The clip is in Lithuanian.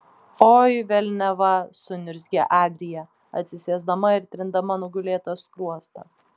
oi velniava suniurzgė adrija atsisėsdama ir trindama nugulėtą skruostą